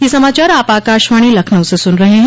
ब्रे क यह समाचार आप आकाशवाणी लखनऊ से सुन रहे हैं